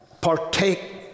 partake